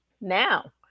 Now